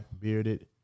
Bearded